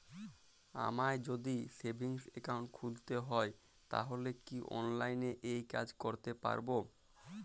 আমায় যদি savings account খুলতে হয় তাহলে কি অনলাইনে এই কাজ করতে পারবো?